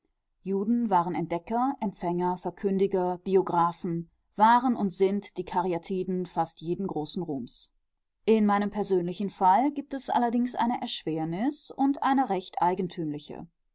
juden waren entdecker empfänger verkündiger biographen waren und sind die karyatiden fast jeden großen ruhms in meinem persönlichen fall gibt es allerdings eine erschwernis und eine recht